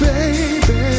Baby